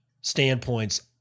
standpoints